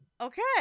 okay